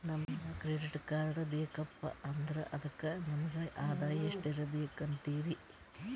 ನಮಗ credit card ಬೇಕಪ್ಪ ಅಂದ್ರ ಅದಕ್ಕ ನಮಗ ಆದಾಯ ಎಷ್ಟಿರಬಕು ಅಂತೀರಿ?